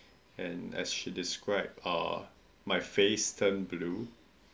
and as she describe uh my face turned blue